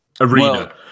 arena